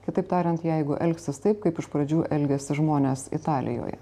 kitaip tariant jeigu elgsis taip kaip iš pradžių elgėsi žmonės italijoje